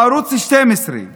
בערוץ 12,